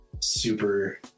super